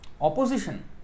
opposition